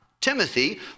Timothy